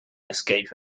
escape